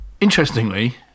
Interestingly